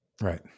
right